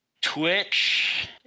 Twitch